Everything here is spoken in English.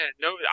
No